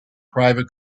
private